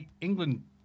England